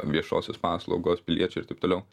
viešosios paslaugos piliečiai ir taip toliau